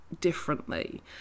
differently